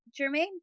Jermaine